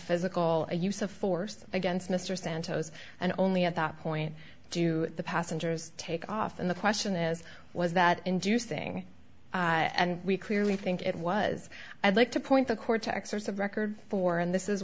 physical a use of force against mr santos and only at that point do the passengers take off and the question is was that inducing and we clearly think it was i'd like to point the cortex of record for and this is